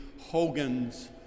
Hogan's